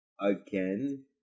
again